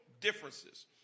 differences